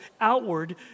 outward